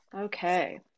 Okay